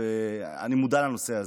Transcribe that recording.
אני מודע לנושא הזה,